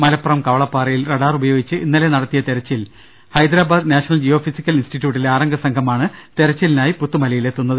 മലപ്പുറം കവളപ്പാറയിൽ റഡാർ ഉപയോഗിച്ച് ഇന്നലെ തെരച്ചിൽ നടത്തിയ ഹൈദരാബാദ് നാഷണൽ ജിയോ ഫിസിക്കൽ ഇൻസ്റ്റിറ്റ്യൂട്ടിലെ ആറംഗ സംഘമാണ് തെരച്ചിലിനായി പുത്തുമലയിലെത്തുക